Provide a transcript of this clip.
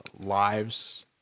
lives